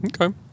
okay